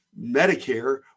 Medicare